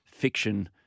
Fiction